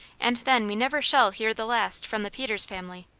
and then we never shall hear the last from the peters family.